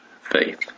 faith